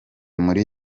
muri